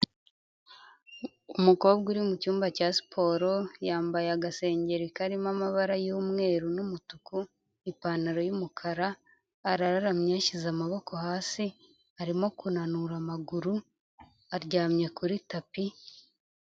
Umukobwa uri mu cyumba cya siporo yambaye agasengeri karimo amabara y'umweru n'umutuku, ipantaro y'umukara, arararamye yashyize amaboko hasi arimo kunanura amaguru, aryamye kuri tapi.